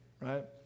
right